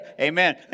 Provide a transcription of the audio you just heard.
Amen